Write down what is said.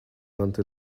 until